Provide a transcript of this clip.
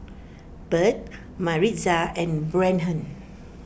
Burt Maritza and Brennen